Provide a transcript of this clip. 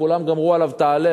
וכולם גמרו עליו את ההלל,